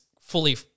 fully